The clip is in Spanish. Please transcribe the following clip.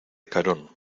carón